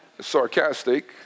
Sarcastic